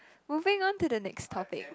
moving on to the next topic